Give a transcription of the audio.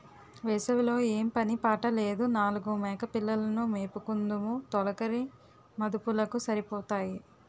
వేసవి లో ఏం పని పాట లేదు నాలుగు మేకపిల్లలు ను మేపుకుందుము తొలకరి మదుపులకు సరిపోతాయి